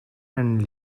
and